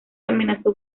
amenazó